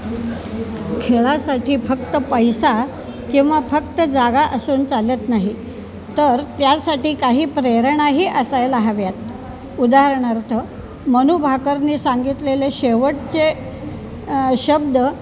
खेळासाठी फक्त पैसा किंवा फक्त जागा असून चालत नाही तर त्यासाठी काही प्रेरणाही असायला हव्यात उदाहरणार्थ मनू भाकरने सांगितलेले शेवटचे शब्द